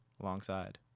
alongside